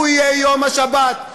והוא יהיה יום השבת,